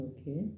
Okay